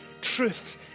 Truth